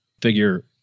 Figure